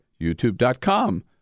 youtube.com